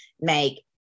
make